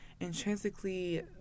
intrinsically